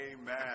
Amen